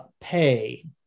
pay